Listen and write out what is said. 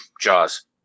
Jaws